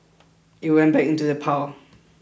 it went back into the pile